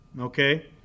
Okay